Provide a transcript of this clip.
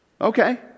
Okay